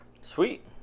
sweet